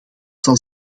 zal